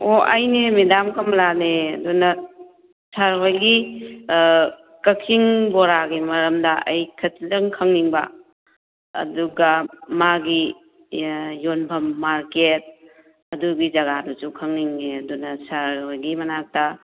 ꯑꯣ ꯑꯩꯅꯦ ꯃꯦꯗꯥꯝ ꯀꯃꯂꯥꯅꯦ ꯑꯗꯨꯅ ꯁꯥꯔ ꯍꯣꯏꯒꯤ ꯀꯛꯆꯤꯡ ꯕꯣꯔꯥꯒꯤ ꯃꯔꯝꯗ ꯑꯩ ꯈꯖꯤꯛꯇꯪ ꯈꯪꯅꯤꯡꯕ ꯑꯗꯨꯒ ꯃꯥꯒꯤ ꯌꯣꯟꯐꯝ ꯃꯥꯔꯀꯦꯠ ꯑꯗꯨꯒꯤ ꯖꯒꯥꯗꯨꯁꯨ ꯈꯪꯅꯤꯡꯉꯤ ꯑꯗꯨꯅ ꯁꯥꯔ ꯍꯣꯏꯒꯤ ꯃꯅꯥꯛꯇ